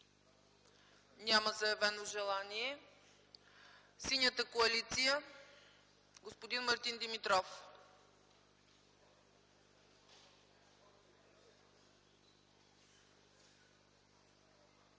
Няма заявено желание. От Синята коалиция – господин Мартин Димитров.